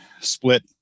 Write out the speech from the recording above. split